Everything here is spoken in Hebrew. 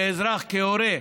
כאזרח, כהורה,